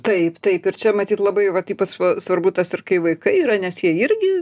taip taip ir čia matyt labai vat ypač svarbu tas ir kai vaikai yra nes jie irgi